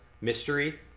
mystery